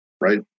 Right